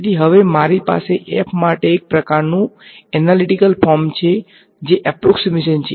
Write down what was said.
તેથી હવે મારી પાસે f માટે એક પ્રકારનું એનાલીટીકલ ફોર્મ છે જે એપ્રોક્ષીમેશન છે